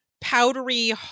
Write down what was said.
powdery